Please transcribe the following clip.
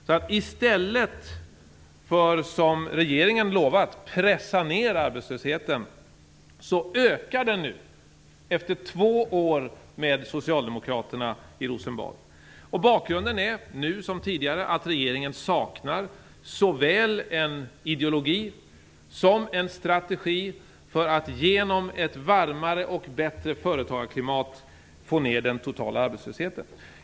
Regeringen har ju lovat pressa ned arbetslösheten, men i stället ökar den nu efter två år med socialdemokraterna i Rosenbad. Bakgrunden är, nu som tidigare, att regeringen saknar såväl en ideologi som en strategi för att genom ett varmare och bättre företagarklimat få ned den totala arbetslösheten.